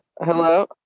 Hello